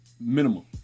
minimum